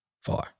four